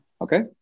Okay